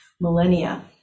millennia